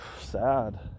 sad